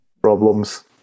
Problems